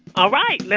all right. yeah